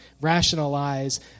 rationalize